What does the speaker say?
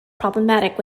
problematic